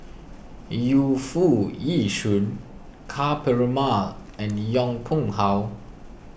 Yu Foo Yee Shoon Ka Perumal and Yong Pung How